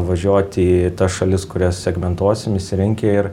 važiuoti į tas šalis kurias segmentuosim išsirenki ir